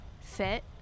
fit